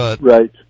Right